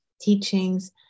teachings